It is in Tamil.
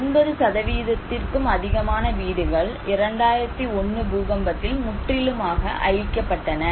80 சதவீதத்திற்கும் அதிகமான வீடுகள் 2001 பூகம்பத்தில் முற்றிலுமாக அழிக்கப்பட்டன